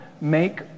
make